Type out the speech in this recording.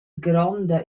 gronda